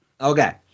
Okay